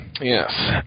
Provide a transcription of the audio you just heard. Yes